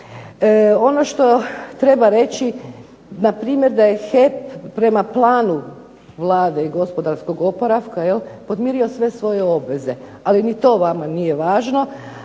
Ono što treba reći npr. da je HEP prema planu Vlade i gospodarskog oporavka podmirio sve svoje obveze. Ali ni to vama nije važno.